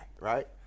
Right